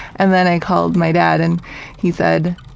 and then i called my dad and he said,